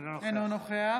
אינו נוכח